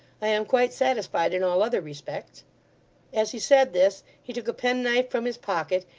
i am quite satisfied in all other respects as he said this, he took a penknife from his pocket,